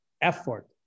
effort